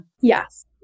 Yes